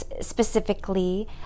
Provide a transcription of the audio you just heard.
specifically